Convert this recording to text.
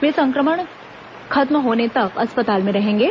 वे संक्रमण खत्म होने तक अस्पताल में रहेंगे